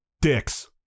Dicks